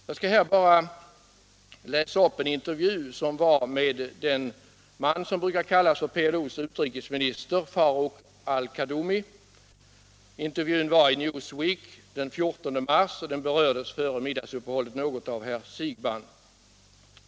Jag skall här bara läsa upp en intervju med den man som brukar kallas för PLO:s utrikesminister, Farouk al Kaddomi. Denna intervju i Newsweek den 14 mars 1977 berördes något av herr Siegbahn före middagspausen.